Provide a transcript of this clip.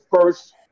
first